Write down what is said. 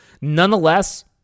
Nonetheless